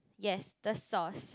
yes the sauce